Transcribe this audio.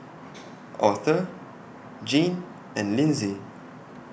Author Gene and Linsey